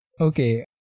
okay